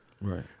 Right